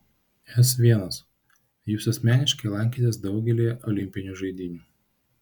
s l jūs asmeniškai lankėtės daugelyje olimpinių žaidynių